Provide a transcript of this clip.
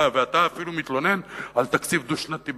ואתה אפילו מתלונן על תקציב דו-שנתי.